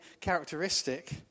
characteristic